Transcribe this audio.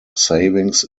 savings